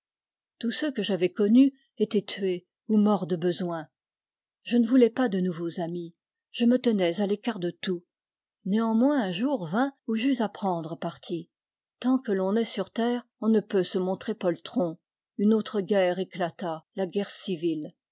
tous ceux que j'avais connus étaient tués ou morts de besoin je ne voulais pas de nouveaux amis je me tenais à l'écart de tout néanmoins un jour vint où j'eus à prendre parti tant que l'on est sur terre on ne peut se montrer poltron une autre guerre éclata la guerre civile